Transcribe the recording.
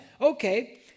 okay